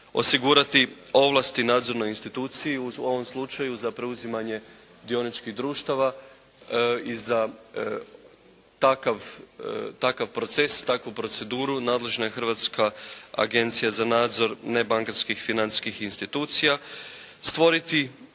Osigurati ovlasti nadzornoj instituciji. U ovom slučaju za preuzimanje dioničkih društava i za takav proces, takvu proceduru nadležna je Hrvatska agencija za nadzor nebankarskih financijskih institucija. Stvoriti,